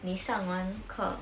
你上完课